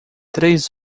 três